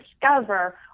discover